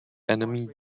enemy